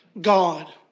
God